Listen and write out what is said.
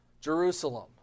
Jerusalem